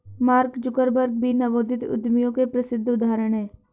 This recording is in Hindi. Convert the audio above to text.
मार्क जुकरबर्ग भी नवोदित उद्यमियों के प्रसिद्ध उदाहरण हैं